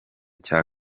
cya